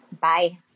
Bye